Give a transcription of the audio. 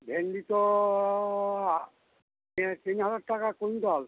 ভেন্ডি তো তিন তিন হাজার টাকা কুইন্টল